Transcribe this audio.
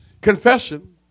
Confession